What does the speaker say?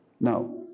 Now